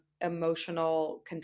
emotional